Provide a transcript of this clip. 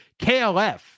KLF